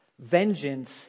Vengeance